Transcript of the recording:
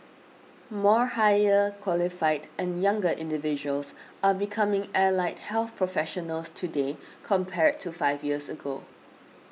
more higher qualified and younger individuals are becoming allied health professionals today compared to five years ago